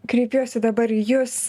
kreipiuosi dabar į jus